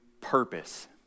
purpose